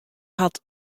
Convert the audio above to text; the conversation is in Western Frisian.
hat